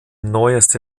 neueste